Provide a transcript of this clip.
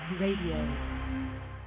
Radio